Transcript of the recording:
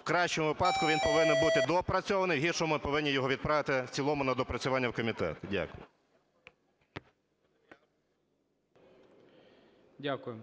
у кращому випадку він повинен бути доопрацьований, в гіршому – ми повинні його відправити в цілому на доопрацювання в комітет. Дякую. ГОЛОВУЮЧИЙ. Дякую.